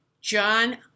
john